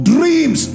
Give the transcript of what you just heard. Dreams